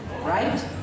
right